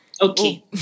Okay